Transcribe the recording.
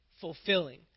Fulfilling